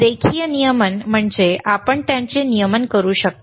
रेखीय नियमन म्हणजे आपण त्याचे नियमन करू शकता